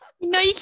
No